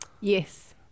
Yes